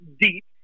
deep